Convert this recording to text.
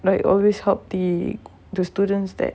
like always help the the students that